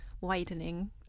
widening